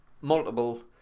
multiple